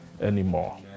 anymore